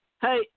Hey